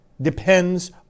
depends